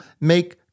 make